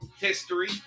history